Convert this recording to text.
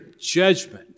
judgment